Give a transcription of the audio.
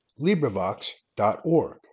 LibriVox.org